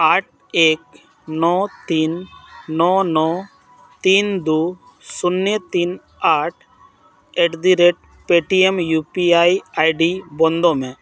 ᱟᱴ ᱮᱠ ᱱᱚ ᱛᱤᱱ ᱱᱚ ᱱᱚ ᱛᱤᱱ ᱫᱩ ᱥᱩᱱᱱᱚ ᱛᱤᱱ ᱟᱴ at the rate Paytm U P I ID ᱵᱚᱱᱫᱚᱭ ᱢᱮ